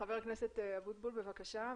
ח"כ אבוטבול בבקשה,